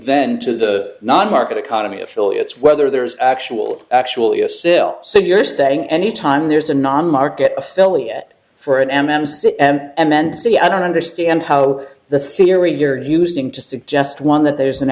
then to the non market economy affiliates whether there is actual actually a sale so you're saying anytime there's a non market affiliate for an m m sit and then see i don't understand how the theory you're using to suggest one that there's an